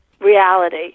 reality